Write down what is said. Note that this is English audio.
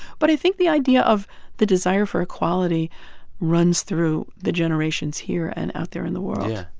but i think the idea of the desire for equality runs through the generations here and out there in the world yeah.